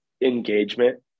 engagement